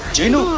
genie.